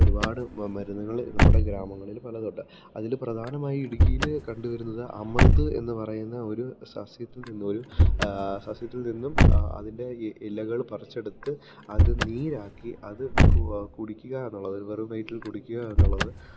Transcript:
ഒരുപാട് മരുന്നുകള് നമ്മുടെ ഗ്രാമങ്ങളിൽ പലതുണ്ട് അതില് പ്രധാനമായി ഇടുക്കിയില് കണ്ടുവരുന്നത് അമൃത് എന്നുപറയുന്ന ഒരു സസ്യത്തിൽ നിന്നൊരു സസ്യത്തിൽ നിന്നും അതിൻ്റെ ഇലകൾ പറിച്ചെടുത്ത് അത് നീരാക്കി അത് കുടിക്കുകയെന്നുള്ളത് വെറുംവയറ്റിൽ കുടിക്കുകയെന്നുള്ളത്